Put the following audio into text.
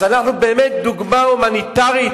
אז אנחנו באמת דוגמה הומניטרית.